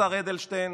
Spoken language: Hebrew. השר אדלשטיין,